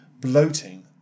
bloating